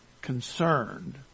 concerned